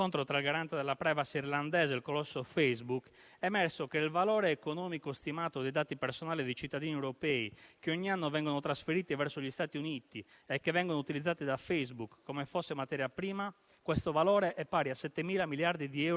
Signor Presidente, con l'approvazione di questo decreto-legge si conferma la volontà di sostenere con uno sforzo senza precedenti le famiglie, i lavoratori e le imprese italiane, proteggendole dalle conseguenze economiche negative generate dall'emergenza epidemiologica.